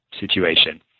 situation